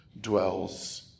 dwells